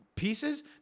Pieces